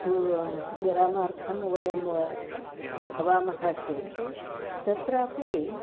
तु विरामार्थं वयं भवामः चेत् तत्रापि